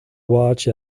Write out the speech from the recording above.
watch